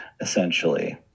essentially